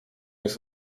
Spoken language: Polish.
jest